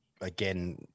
again